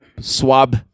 swab